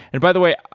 and by the way,